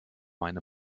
meine